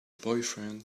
boyfriend